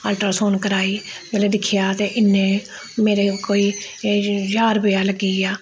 ultrasound कराई मतलब दिक्खेआ ते इन्नै मेरे कोई ज्हार रपेआ लग्गी गेआ